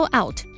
out